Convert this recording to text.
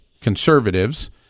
conservatives